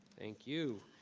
thank you,